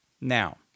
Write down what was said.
Now